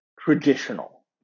traditional